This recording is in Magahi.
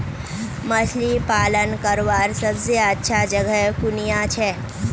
मछली पालन करवार सबसे अच्छा जगह कुनियाँ छे?